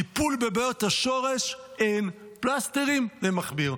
טיפול בבעיות השורש אין, פלסטרים, למכביר.